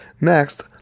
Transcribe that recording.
Next